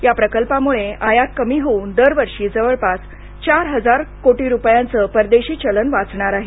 या प्रकल्पायामुळं आयात कमी होऊन दरवर्षी जवळपास चार हजार कोटी रुपयांचं परदेशी चलन वाचणार आहे